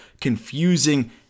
confusing